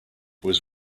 was